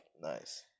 Nice